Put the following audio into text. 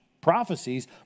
prophecies